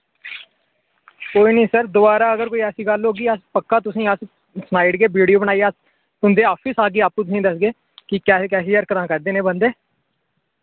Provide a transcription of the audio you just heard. कोई नि सर दोबारा अगर कोई ऐसी गल्ल होगी अस पक्का तुसें अस सनाइड़गे वीडियो बनाइयै अस तुंदे आफिस औगे आप्पू तुसें दस्सगे कि कैसी कैसी हरकतां करदे न एह् बंदे